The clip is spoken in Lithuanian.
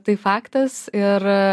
tai faktas ir